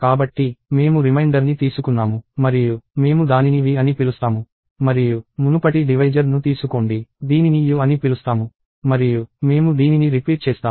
కాబట్టి మేము రిమైండర్ని తీసుకున్నాము మరియు మేము దానిని v అని పిలుస్తాము మరియు మునుపటి డివైజర్ను తీసుకోండి దీనిని u అని పిలుస్తాము మరియు మేము దీనిని రిపీట్ చేస్తాము